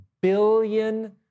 billion